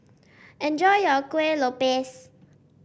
enjoy your Kuih Lopes